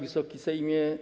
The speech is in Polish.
Wysoki Sejmie!